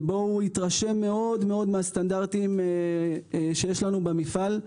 הוא התרשם מאוד מהסטנדרטים שיש לנו במפעל.